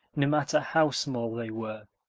no matter how small they were.